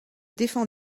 défend